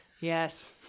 Yes